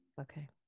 Okay